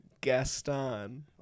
Gaston